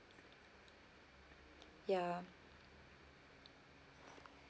ya